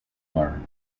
learn